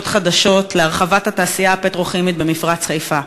חדשות להרחבת התעשייה הפטרוכימית במפרץ חיפה,